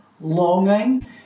longing